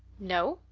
no.